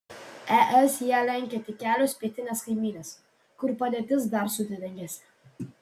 es ją lenkia tik kelios pietinės kaimynės kur padėtis dar sudėtingesnė